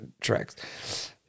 tracks